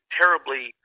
terribly